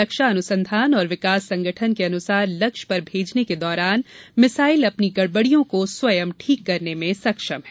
रक्षा अनुसंधान और विकास संगठन के अनुसार लक्ष्य पर भेजने के दौरान मिसाइल अपनी गड़बड़ियों को स्वयं ठीक करने में सक्षम है